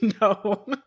No